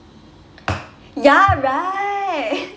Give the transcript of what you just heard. ya right